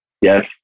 Yes